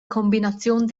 kombination